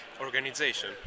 organization